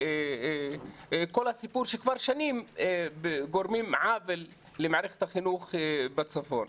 וכל הסיפור שכבר שנים גורמים עוול למערכת החינוך בצפון.